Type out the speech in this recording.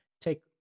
Take